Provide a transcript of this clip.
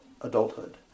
adulthood